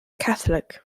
catholic